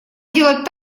делать